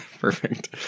Perfect